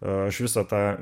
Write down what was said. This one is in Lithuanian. aš visą tą